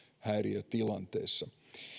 häiriötilanteissa